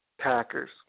Packers